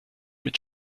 mit